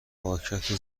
پاکت